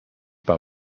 par